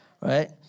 right